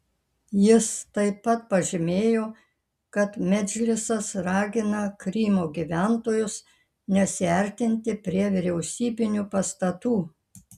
jis taip pat pažymėjo kad medžlisas ragina krymo gyventojus nesiartinti prie vyriausybinių pastatų